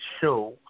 show